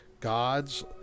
gods